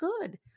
good